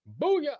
Booyah